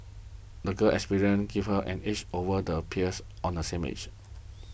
the girl's experiences give her an edge over the peers on the same age